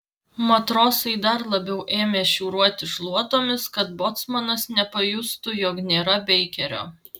matrosai dar labiau ėmė šiūruoti šluotomis kad bocmanas nepajustų jog nėra beikerio